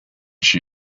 she